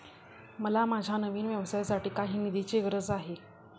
मला माझ्या नवीन व्यवसायासाठी काही निधीची गरज आहे